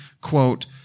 quote